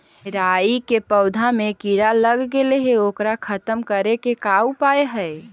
राई के पौधा में किड़ा लग गेले हे ओकर खत्म करे के का उपाय है?